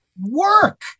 work